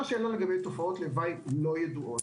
שאלה לגבי תופעות לוואי לא ידועות.